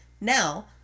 Now